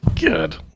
Good